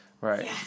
Right